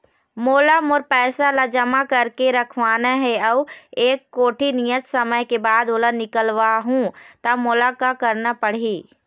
मोला मोर पैसा ला जमा करके रखवाना हे अऊ एक कोठी नियत समय के बाद ओला निकलवा हु ता मोला का करना पड़ही?